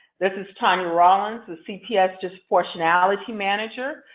this is tanya rollins, the cps disproportionality manager.